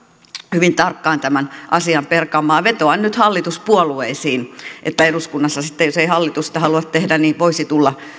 hyvin tarkkaan tämän asian perkaamaan vetoan nyt hallituspuolueisiin että eduskunnassa sitten jos ei hallitus sitä halua tehdä voisi tulla